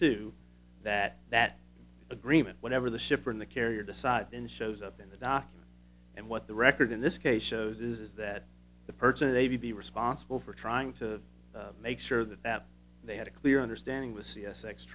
two that that agreement whatever the shipper and the carrier decide in shows up in the document and what the record in this case shows is that the person they be responsible for trying to make sure that that they had a clear understanding with c s x